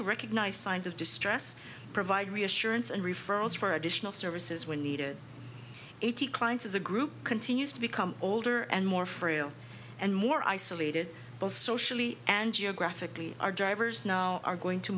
to recognize signs of distress provide reassurance and referrals for additional services when needed eighty clients as a group continues to become older and more frail and more isolated both socially and geographically our drivers know are going to